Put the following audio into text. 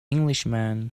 englishman